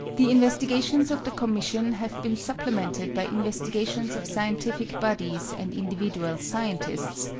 the investigations of the commission have been supplemented by investigations of scientific bodies and individual scientists,